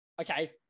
Okay